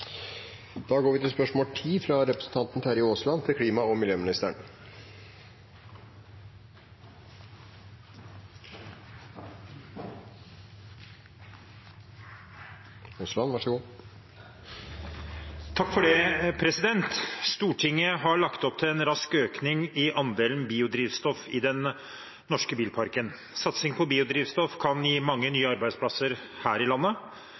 for dette. «Stortinget har lagt opp til en rask økning i andelen biodrivstoff i den norske bilparken. Satsing på biodrivstoff kan gi mange nye arbeidsplasser her i landet.